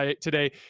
today